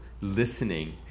listening